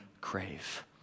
crave